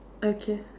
okay